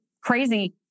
crazy